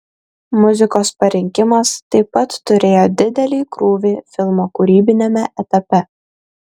muzikos parinkimas taip pat turėjo didelį krūvį filmo kūrybiniame etape